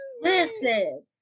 Listen